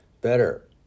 Better